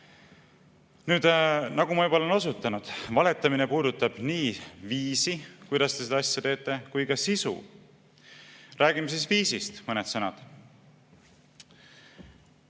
Nüüd, nagu ma juba olen osutanud, valetamine puudutab nii viisi, kuidas te seda asja teete, kui ka sisu. Räägime siis viisist mõned sõnad.